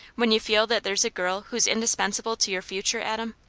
when you feel that there's a girl who is indispensable to your future, adam?